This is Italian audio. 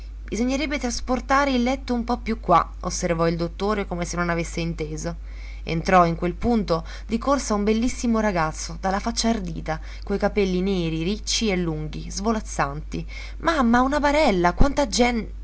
bisognerebbe trasportare il letto un po più qua osservò il dottore come se non avesse inteso entrò in quel punto di corsa un bellissimo ragazzo dalla faccia ardita coi capelli neri ricci e lunghi svolazzanti mamma una barella quanta gen